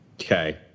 Okay